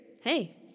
hey